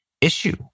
issue